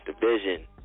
Division